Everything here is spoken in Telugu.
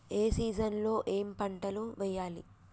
ఏ సీజన్ లో ఏం పంటలు వెయ్యాలి?